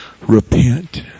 Repent